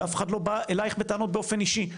ואף אחד לא בא אלייך בטענות באופן אישי.